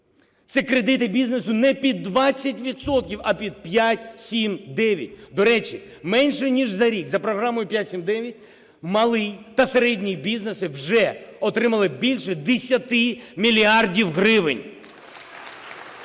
Це кредити бізнесу не під 20 відсотків, а під 5, 7, 9. До речі, менше ніж за рік, за програмою "5-7-9", малий та середній бізнеси вже отримали більше 10 мільярдів гривень.